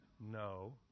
No